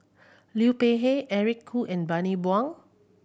Liu Peihe Eric Khoo and Bani Buang